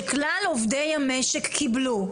שכלל עובדי המשק קיבלו.